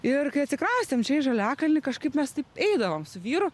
ir kai atsikraustėm čia į žaliakalnį kažkaip mes taip eidavom su vyru